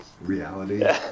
Reality